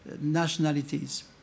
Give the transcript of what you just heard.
nationalities